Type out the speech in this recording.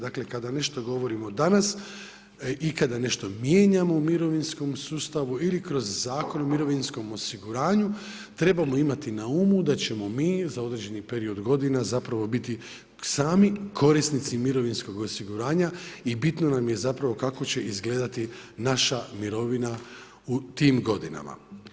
Dakle kada nešto govorimo danas i kada nešto mijenjamo u mirovinskom sustavu ili kroz Zakon o mirovinskom osiguranju trebamo imati na umu da ćemo mi za određeni period godina biti sami korisnici mirovinskog osiguranja i bitno nam je kako će izgledati naša mirovina u tim godinama.